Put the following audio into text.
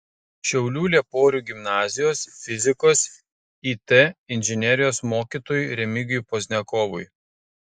šiaulių lieporių gimnazijos fizikos it inžinerijos mokytojui remigijui pozniakovui